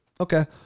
Okay